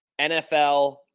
NFL